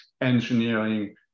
engineering